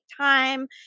time